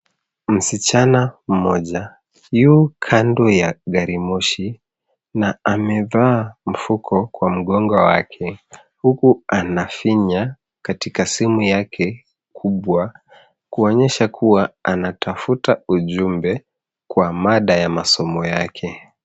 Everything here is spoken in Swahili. Msichana mmoja yu kando ya garimoshi na amevaa mfuko kwa mgongo wake, huku anafinya katika simu yake kubwa, kuonyesha kuwa anatafuta ujumbe kwa mada ya masomo yake.